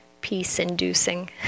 peace-inducing